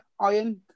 iron